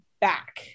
back